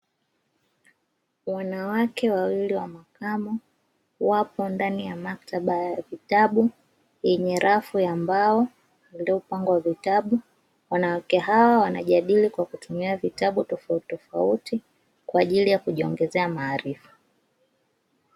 Wanawake wawili wa makamo, wapo ndani ya maktaba ya vitabu yenye rafu ya mbao iliyopangwa vitabu; wanawake hawa wanajadili kwa kutumia vitabu tofautitofauti kwa ajili ya kujiongezea maarifa.